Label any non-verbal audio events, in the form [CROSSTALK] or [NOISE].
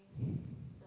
[BREATH]